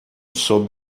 sob